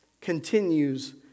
continues